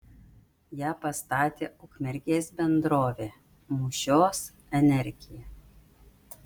ją pastatė ukmergės bendrovė mūšios energija